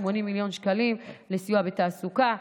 80 מיליון שקלים לסיוע בתעסוקה.